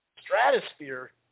stratosphere